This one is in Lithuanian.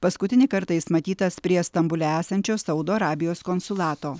paskutinį kartą jis matytas prie stambule esančios saudo arabijos konsulato